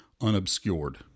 unobscured